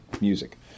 music